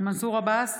מנסור עבאס,